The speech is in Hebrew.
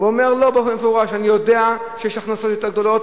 ולומר במפורש: אני יודע שיש הכנסות יותר גדולות,